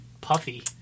puffy